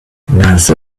nasa